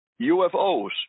UFOs